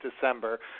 December